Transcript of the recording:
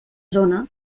zona